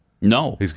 No